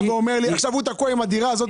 אתה בא ואומר לי: עכשיו הוא תקוע עם הדירה הזו,